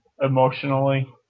emotionally